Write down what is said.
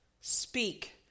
Speak